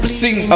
sing